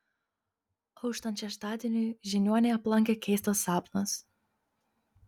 auštant šeštadieniui žiniuonį aplankė keistas sapnas